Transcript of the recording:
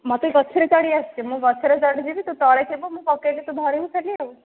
ମତେ ଗଛରେ ଚଢି ଆସିଛି ମୁଁ ଗଛରେ ଚଢିଯିବି ତୁ ତଳେ ଥିବୁ ମୁଁ ପକେଇବି ତୁ ଧରିବୁ ଖାଲି ଆଉ